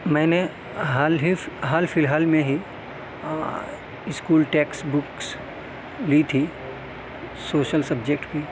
میں نے حال ہی حال فی الحال ہی اسکول ٹیکسٹ بکس لی تھی سوشل سبجیکٹ کی